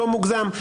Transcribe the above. לא מוגזם,